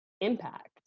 impact